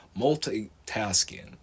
multitasking